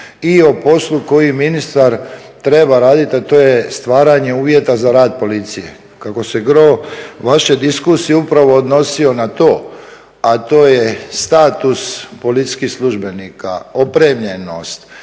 i o poslu koji ministar treba raditi, a to je stvaranje uvjeta za rad policije. Kako se gro vaše diskusije upravo odnosio na to, a to je status policijskih službenika, opremljenost,